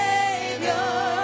Savior